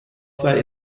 zwei